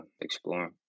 exploring